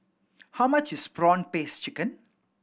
how much is prawn paste chicken